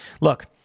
Look